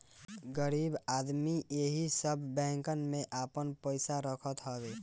गरीब आदमी एही सब बैंकन में आपन पईसा रखत हवे